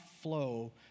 flow